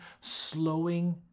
slowing